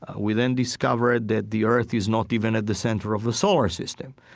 we then discovered that the earth is not even at the center of the solar system.